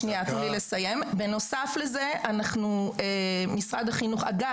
האם יש תקצוב לכל התוכנית הזאת במשרד החינוך?